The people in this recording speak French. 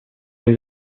les